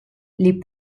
les